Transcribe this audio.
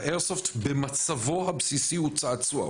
האיירסופט במצבו הבסיסי הוא צעצוע,